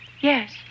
Yes